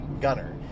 gunner